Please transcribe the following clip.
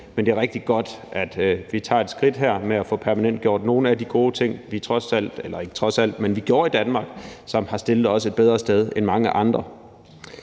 men det er rigtig godt, at vi tager et skridt her mod at få permanentgjort nogle af de gode ting, vi gjorde i Danmark, og som har stillet os et bedre sted i forhold til mange andre.